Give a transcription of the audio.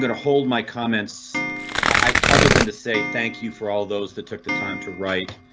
going to hold my comments i other than to say thank you for all those that took the time to write.